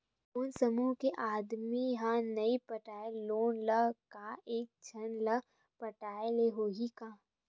कोन समूह के आदमी हा नई पटाही लोन ला का एक झन ला पटाय ला होही का?